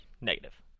negative